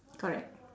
correct